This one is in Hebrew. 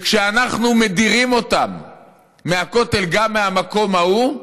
כשאנחנו מדירים אותם מהכותל, גם מהמקום ההוא,